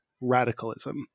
radicalism